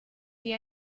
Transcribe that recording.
wie